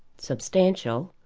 substantial,